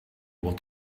will